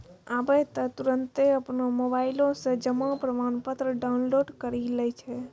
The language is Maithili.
आबै त तुरन्ते अपनो मोबाइलो से जमा प्रमाणपत्र डाउनलोड करि लै छै